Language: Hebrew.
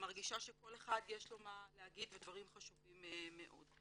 מרגישה שלכל אחד יש מה להגיד ודברים חשובים מאוד.